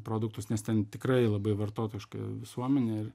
produktus nes ten tikrai labai vartotojiška visuomenė ir